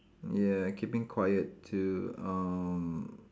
ya keeping quiet to um